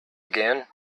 again